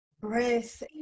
breath